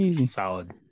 Solid